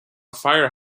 fire